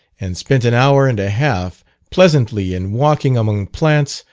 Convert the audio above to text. and spent an hour and a half pleasantly in walking among plants,